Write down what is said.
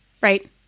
right